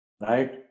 right